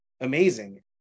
amazing